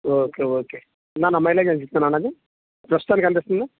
okay okay నానా mileage ఎంత ఇస్తుంది నానా అది ప్రస్తుతానికి ఎంత ఇస్తుంది